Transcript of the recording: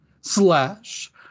slash